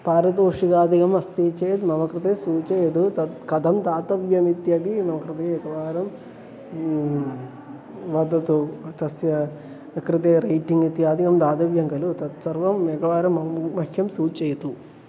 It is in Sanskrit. पारितोषिकादिकम् अस्ति चेत् मम कृते सूचयतु तत् कथं दातव्यमित्यपि मम कृते एकवारं वदतु तस्य कृते रैटिङ्ग् इत्यादिकं दातव्यं खलु तत्सर्वम् एकवारं मम मह्यं सूचयतु